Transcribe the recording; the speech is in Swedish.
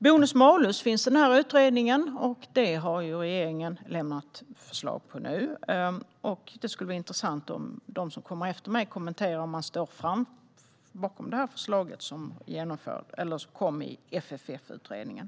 Bonus-malus-system finns med i utredningen, och regeringen har nu lämnat förslag på detta. Det skulle vara intressant om de som kommer efter mig i debatten här kunde kommentera om man står bakom det förslag som lades fram i FFF-utredningen.